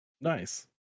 nice